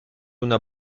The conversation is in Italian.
una